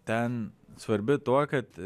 ten svarbi tuo kad